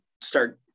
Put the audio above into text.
start